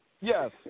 Yes